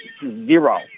zero